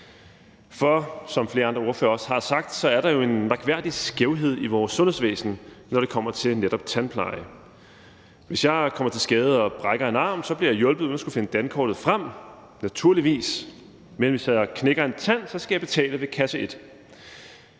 For – som flere andre ordførere også har sagt – så er der jo en mærkværdig skævhed i vores sundhedsvæsen, når det kommer til netop tandpleje. Hvis jeg kommer til skade og brækker en arm, bliver jeg hjulpet uden at skulle finde dankortet frem – naturligvis – men hvis jeg knækker en tand, så skal jeg betale ved kasse et.